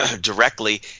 directly